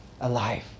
alive